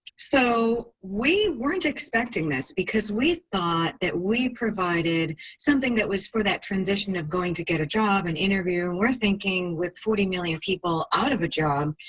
so we weren't expecting this, because we thought that we provided something that was for that transition of going to get a job and interview. we're thinking with forty million people out of a job,